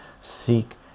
seek